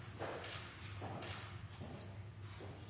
takk